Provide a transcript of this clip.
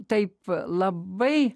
taip labai